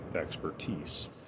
expertise